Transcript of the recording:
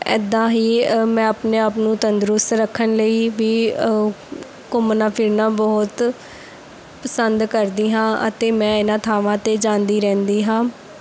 ਇੱਦਾਂ ਹੀ ਮੈਂ ਆਪਣੇ ਆਪ ਨੂੰ ਤੰਦਰੁਸਤ ਰੱਖਣ ਲਈ ਵੀ ਘੁੰਮਣਾ ਫਿਰਨਾ ਬਹੁਤ ਪਸੰਦ ਕਰਦੀ ਹਾਂ ਅਤੇ ਮੈਂ ਇਹਨਾਂ ਥਾਵਾਂ 'ਤੇ ਜਾਂਦੀ ਰਹਿੰਦੀ ਹਾਂ